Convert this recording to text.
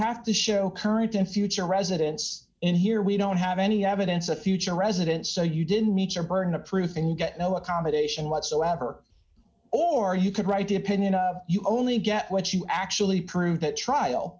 have to show current and future residents in here we don't have any evidence of future residence so you didn't meet your burden of proof and you get no accommodation whatsoever or you could write the opinion you only get what you actually prove that trial